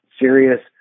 serious